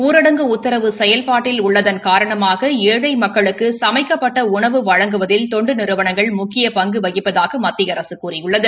ஊரடங்கு உத்தரவு செயல்பாட்டில் உள்ளதன் காரணமாக ஏழை மக்களுக்கு சமைக்கப்பட்ட டனவு வழங்குவதில் தொண்டு நிறுவனங்கள் முக்கிய பங்கு வகிப்பதாக மத்திய அரசு கூறியுள்ளது